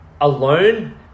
alone